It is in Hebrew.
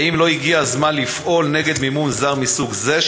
האם לא הגיע הזמן לפעול נגד מימון זר מסוג זה,